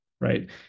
right